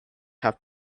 have